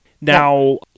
Now